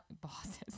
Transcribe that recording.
Bosses